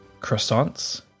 croissants